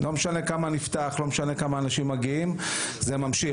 לא משנה כמה נפתח וכמה אנשים מגיעים זה ממשיך.